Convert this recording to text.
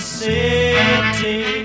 city